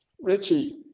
Richie